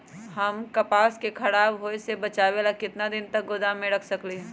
हम कपास के खराब होए से बचाबे ला कितना दिन तक गोदाम में रख सकली ह?